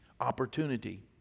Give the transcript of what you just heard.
opportunity